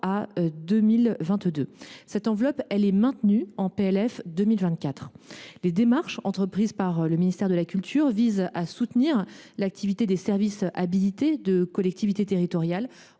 à 2022. Cette enveloppe est maintenue au PLF 2024. Les démarches entreprises par le ministère de la culture visent à soutenir l’activité des services habilités de collectivités territoriales,